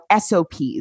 SOPs